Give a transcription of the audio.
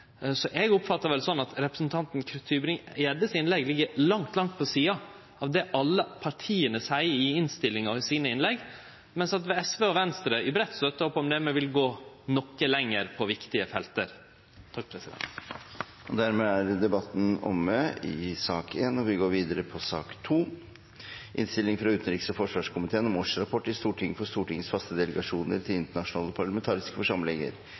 Så eg oppfattar det sånn at representanten Tybring-Gjeddes innlegg ligg langt, langt på sida av det alle partia seier i innstillinga og innlegga sine, mens SV og Venstre i breitt støttar opp om det, men vil gå noko lenger på viktige felt. Flere har ikke bedt om ordet til sak nr. 1. Dokument 17 for 2015–2016 handlar om årsrapportar for 2014 og 2015 frå Stortingets delegasjonar til EFTA-parlamentarikarkomiteen og Den felles EØS-parlamentarikarkomiteen, Europarådets parlamentarikarforsamling, Den interparlamentariske union, NATOs parlamentarikarforsamling og Organisasjonen for sikkerheit og samarbeid i Europas parlamentariske